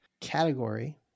category